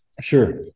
sure